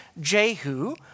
Jehu